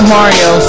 Mario